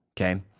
okay